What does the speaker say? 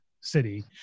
city